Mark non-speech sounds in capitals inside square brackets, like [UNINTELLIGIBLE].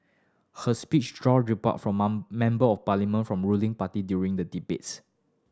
her speech drew rebuttal from [UNINTELLIGIBLE] Member of Parliament from ruling party during the debates